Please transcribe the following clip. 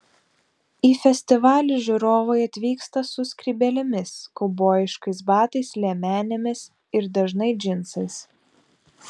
į festivalį žiūrovai atvyksta su skrybėlėmis kaubojiškais batais liemenėmis ir dažnai džinsais